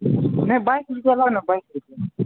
नहि बाइस रुपैए लाउ ने बाइस रुपैए